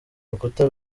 rukuta